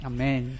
Amen